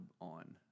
On